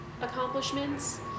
accomplishments